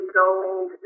gold